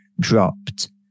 dropped